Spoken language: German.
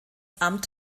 amt